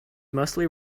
mostly